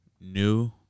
new